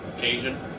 Cajun